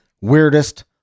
weirdest